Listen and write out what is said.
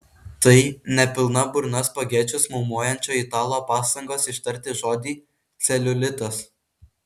tai ne pilna burna spagečius maumojančio italo pastangos ištarti žodį celiulitas